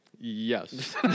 Yes